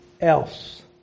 else